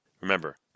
Remember